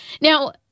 Now